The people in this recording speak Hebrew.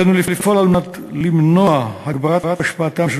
עלינו לפעול על מנת למנוע הגברת השפעתם של